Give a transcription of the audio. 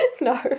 No